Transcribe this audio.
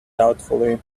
doubtfully